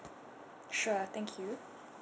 sure thank you